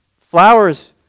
Flowers